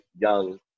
young